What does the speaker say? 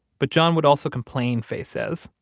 but john would also complain, faye says,